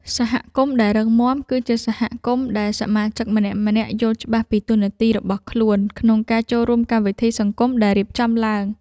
សហគមន៍ដែលរឹងមាំ គឺជាសហគមន៍ដែលសមាជិកម្នាក់ៗយល់ច្បាស់ពីតួនាទីរបស់ខ្លួនក្នុងការចូលរួមកម្មវិធីសង្គមដែលរៀបចំឡើង។